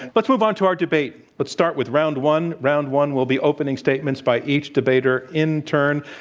let's move on to our debate. let's start with round one. round one will be opening statements by each debater in turn.